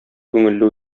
күңелле